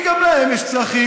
כי גם להן יש צרכים,